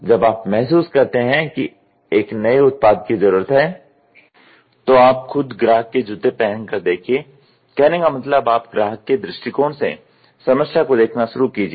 जब आप महसूस करते हैं कि एक नए उत्पाद की जरूरत है तो आप खुद ग्राहक के जूते पहन कर देखिए कहने का मतलब आप ग्राहक के दृष्टिकोण से समस्या को देखना शुरू कीजिए